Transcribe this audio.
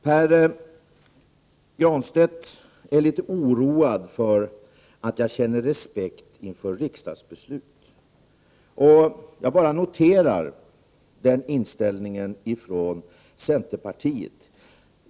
Pär Granstedt är oroad för att jag känner respekt inför riksdagens beslut. Jag bara noterar den inställningen från centerpartiet.